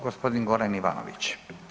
Gospodin Goran Ivanović.